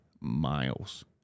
miles